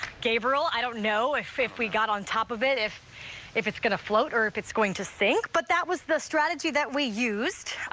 gabriel, i don't know if we got on top of it if if it's going to float or if it's going to sink but that was the strategy that we used.